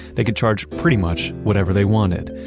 they could charge pretty much whatever they wanted.